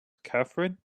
catherine